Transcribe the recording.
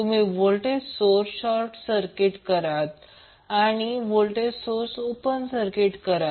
तुम्ही voltage source short circuit करा आणि करंट सोर्स ओपन सर्किट करा